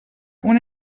una